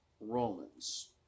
Romans